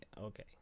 Okay